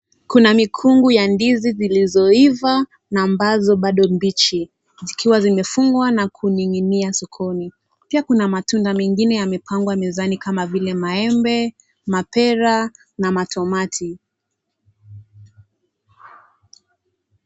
Kuna mikungu ya ndizi zilizoiva na ambazo bado mbichi zikiwa zimevunwa na kuning'inia sokoni. Pia kuna matunda mengine yamepangwa mezani kama vile maembe, mapera na matomati.